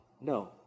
No